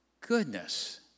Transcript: goodness